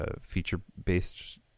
feature-based